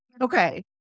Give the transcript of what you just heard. Okay